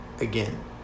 again